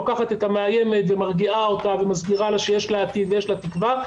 לוקחת את המאיימת ומרגיעה אותה ומסבירה לה שיש לה עתיד ויש לה תקווה,